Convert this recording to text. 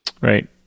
Right